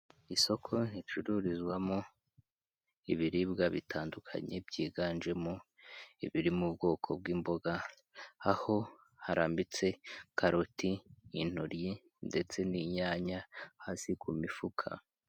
Isoko ricururizwamo ibiribwa bitandukanye, byiganjemo ibiri mu bwoko bw'imboga, aho harambitse karoti, intoryi ndetse n'inyanya, hasi ku mifuka.